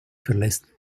verlässt